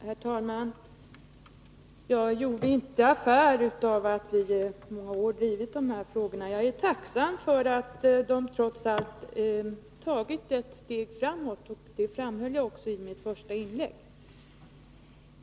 Herr talman! Jag gjorde inte affär av att vi i många år drivit de här frågorna. Jag är tacksam för att de trots allt förts ett steg framåt. Det framhöll jag också i mitt första inlägg.